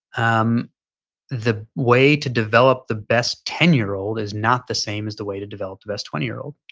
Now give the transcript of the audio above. um the way to develop the best ten year old is not the same as the way to develop the best twenty year old